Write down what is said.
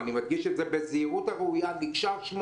נקשר שמו